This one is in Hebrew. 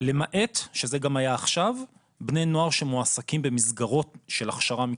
למעט בני נוער שמועסקים במסגרות של הכשרה מקצועית,